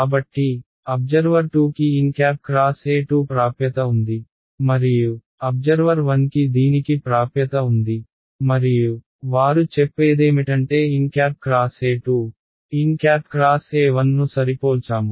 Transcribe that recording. కాబట్టి అబ్జర్వర్ 2 కి nxE2 ప్రాప్యత ఉంది మరియు అబ్జర్వర్ 1 కి దీనికి ప్రాప్యత ఉంది మరియు వారు చెప్పేదేమిటంటే nxE2 nxE1 ను సరిపోల్చాము